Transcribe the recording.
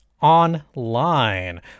Online